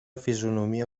fisonomia